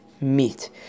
meat